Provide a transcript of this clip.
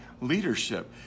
leadership